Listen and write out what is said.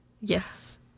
Yes